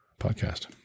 podcast